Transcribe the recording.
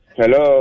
Hello